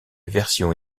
version